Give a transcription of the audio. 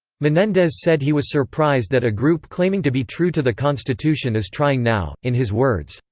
menendez said he was surprised that a group claiming to be true to the constitution is trying now, in his words,